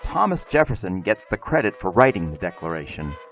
thomas jefferson gets the credit for writing the declaration,